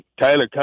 Tyler